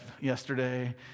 yesterday